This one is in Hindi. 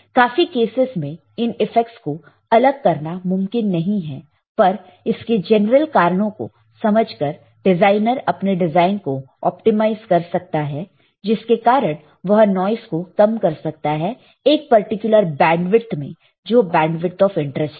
काफी केसेस में इन इफेक्टस को अलग करना मुमकिन नहीं है पर इसके जनरल कारणों को समझ कर डिजाइनर अपने डिजाइन को ऑप्टिमाइज कर सकता है जिसके कारण वह नॉइस को कम कर सकता है एक पर्टिकुलर बैंडविथ में जो बैंडविथ ऑफ इंटरेस्ट है